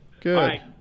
Good